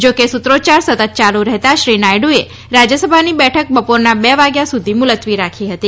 જો કે સૂત્રોચ્યાર સતત યાલુ રહેતાં શ્રી નાયડુએ રાજ્યસભાની બેઠક બપોરના બે વાગ્યા સુધી મુલત્વી રાખી હતી